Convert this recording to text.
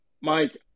Mike